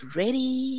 ready